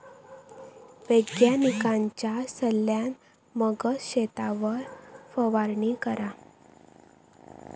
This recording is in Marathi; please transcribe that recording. वैज्ञानिकांच्या सल्ल्यान मगच शेतावर फवारणी करा